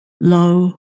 low